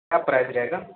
کیا پرائز رہے گا